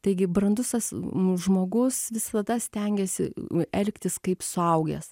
taigi brandus asm žmogus visada stengiasi elgtis kaip suaugęs